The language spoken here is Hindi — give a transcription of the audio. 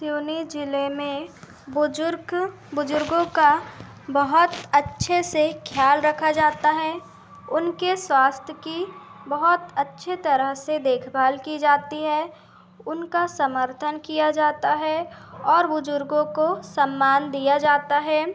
सिवनी ज़िले में बुज़ुर्ग बुजुर्गों का बहुत अच्छे से ख़याल रखा जाता है उनके स्वास्थ्य की बहुत अच्छी तरह से देखभाल की जाती है उनका समर्थन किया जाता है और बुज़ुर्गों को सम्मान दिया जाता है